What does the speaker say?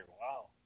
Wow